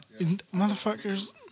Motherfuckers